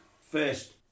First